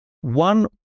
one